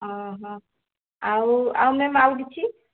ହଁ ହଁ ଆଉ ଆଉ ମ୍ୟାମ୍ ଆଉ କିଛି